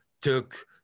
took